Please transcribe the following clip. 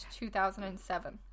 2007